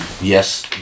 yes